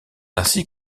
ainsi